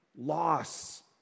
Loss